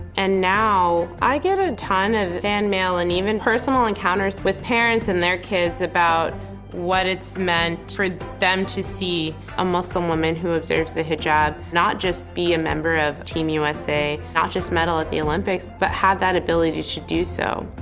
and now i get a ton of fan mail and even personal encounters with parents and their kids about what it's meant for them to see a muslim woman who observes the hijab not just be a member of team usa, not just medal at the olympics, but have that ability to do so.